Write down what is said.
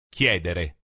Chiedere